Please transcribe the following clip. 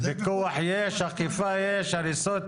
פיקוח יש, אכיפה יש, הריסות יש,